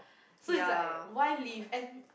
so it's like why leave and